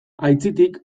aitzitik